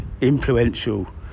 influential